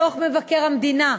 בדוח מבקר המדינה,